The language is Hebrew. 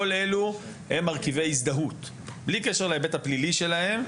כל אלו הם מרכיבי הזדהות בלי קשר להיבט הפלילי שלהם.